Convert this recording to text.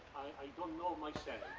i don't know myself,